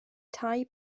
tai